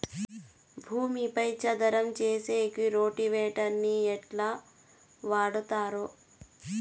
భూమిని చదరం సేసేకి రోటివేటర్ ని ఎట్లా వాడుతారు?